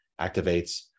activates